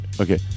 Okay